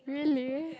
really